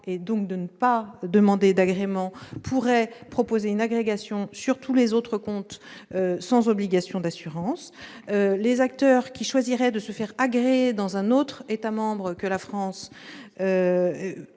et donc de ne pas demander d'agrément. Ils pourraient alors proposer une agrégation sur tous les autres comptes, sans obligation d'assurance. De même, les acteurs qui choisiraient de se faire agréer dans un autre État membre que la France